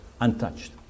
untouched